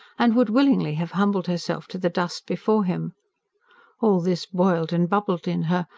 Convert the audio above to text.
and would willingly have humbled herself to the dust before him all this boiled and bubbled in her,